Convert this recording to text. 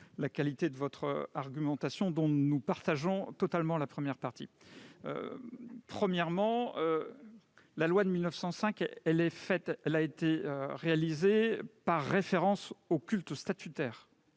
la qualité de votre argumentation, dont nous partageons totalement la première partie. Tout d'abord, la loi de 1905 a été réalisée par référence aux quatre cultes statutaires